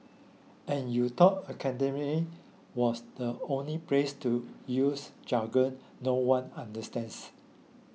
and you thought academia was the only place to use jargon no one understands